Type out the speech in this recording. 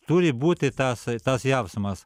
turi būti tas tas jausmas